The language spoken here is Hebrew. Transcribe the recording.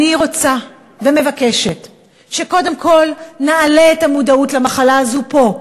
אני רוצה ומבקשת שקודם כול נעלה את המודעות למחלה הזאת פה,